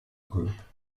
group